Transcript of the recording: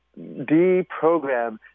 deprogram